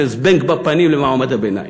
זה זבנג בפנים למעמד הביניים.